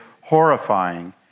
horrifying